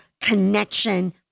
connection